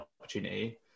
opportunity